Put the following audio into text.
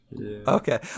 Okay